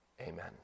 Amen